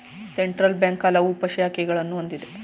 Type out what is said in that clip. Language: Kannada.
ಸೆಂಟ್ರಲ್ ಬ್ಯಾಂಕ್ ಹಲವು ಉಪ ಶಾಖೆಗಳನ್ನು ಹೊಂದಿದೆ